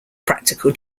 practical